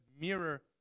mirror